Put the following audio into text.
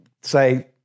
say